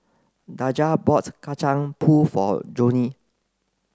Daija bought Kacang Pool for Joni